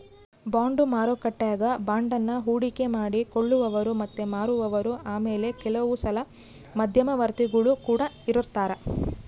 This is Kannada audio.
ಬಾಂಡು ಮಾರುಕಟ್ಟೆಗ ಬಾಂಡನ್ನ ಹೂಡಿಕೆ ಮಾಡಿ ಕೊಳ್ಳುವವರು ಮತ್ತೆ ಮಾರುವವರು ಆಮೇಲೆ ಕೆಲವುಸಲ ಮಧ್ಯವರ್ತಿಗುಳು ಕೊಡ ಇರರ್ತರಾ